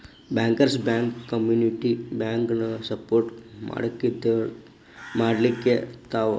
bankers bank community ಬ್ಯಾಂಕನ support ಮಾಡ್ಲಿಕ್ಕಿರ್ತಾವ